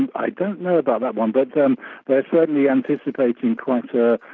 and i don't know about that one, but they're um but certainly anticipating quite a